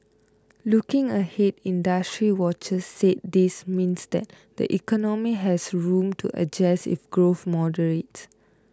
looking ahead industry watchers said this means that the economy has room to adjust if growth moderates